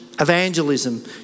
evangelism